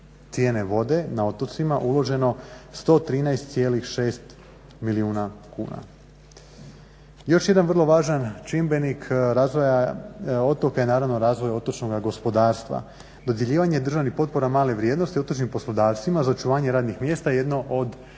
cijene vode na otocima uloženo 113,6 milijuna kuna. Još jedan vrlo važan čimbenik razvoja otoka, naravno razvoja otočnoga gospodarstva. Dodjeljivanje državnih potpora male vrijednosti otočnim poslodavcima za očuvanje radnih mjesta jedno od